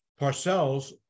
Parcells